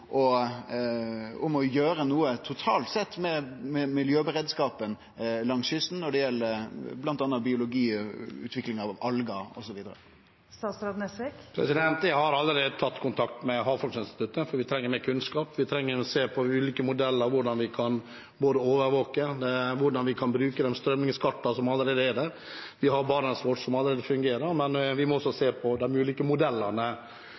å gjere noko totalt sett med miljøberedskapen langs kysten, bl.a. når det gjeld biologi og utvikling av algar osv? Jeg har allerede tatt kontakt med Havforskningsinstituttet, for vi trenger mer kunnskap, vi trenger å se på ulike modeller for hvordan vi kan både overvåke og bruke de strømningskartene som allerede er der. Vi har BarentsWatch, som allerede fungerer. Men vi må også se på de ulike modellene.